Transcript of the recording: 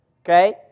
okay